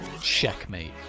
checkmate